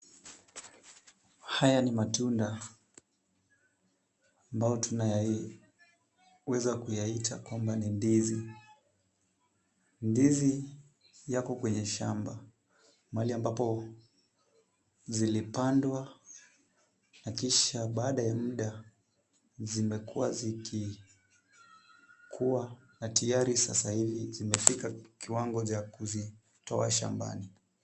Haya ni matunda ambayo tunaweza kuyaita kwamba ni ndizi. Ndizi yako kwenye shamba mahali ambapo zilipandwa na kisha baada ya muda zimekua zikikua na tayari sasa hivi zimefika kiwango cha kuzitoa shambani.